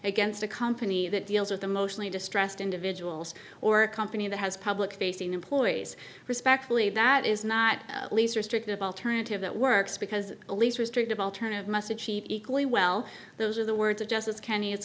against a company that deals with the mostly distressed individuals or a company that has public facing employees respectfully that is not least restrictive alternative that works because the least restrictive alternative must achieve equally well those are the words of justice kenny it's